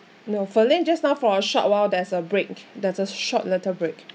no ferline just now for a short while there's a break there's a short little break